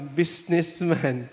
businessman